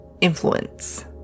influence